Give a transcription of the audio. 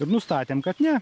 ir nustatėm kad ne